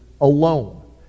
alone